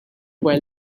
while